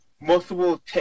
multiple